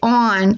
on